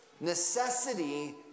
Necessity